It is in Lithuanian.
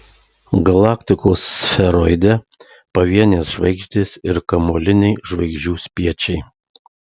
galaktikos sferoide pavienės žvaigždės ir kamuoliniai žvaigždžių spiečiai